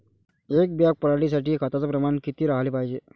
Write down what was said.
एक बॅग पराटी साठी खताचं प्रमान किती राहाले पायजे?